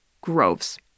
groves